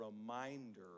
reminder